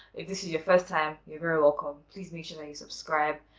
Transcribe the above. if this is your first time, you're very welcome please make sure that you subscribe.